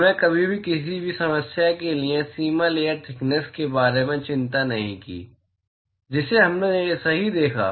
हमने कभी भी किसी भी समस्या के लिए सीमा लेयर थिकनेस के बारे में चिंता नहीं की जिसे हमने सही देखा